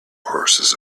horses